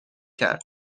کرد